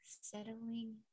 Settling